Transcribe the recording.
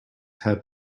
head